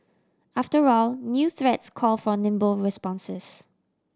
after all new threats call for nimble responses